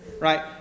Right